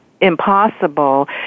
impossible